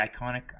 iconic